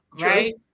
right